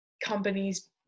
companies